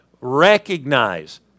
Recognize